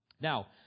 Now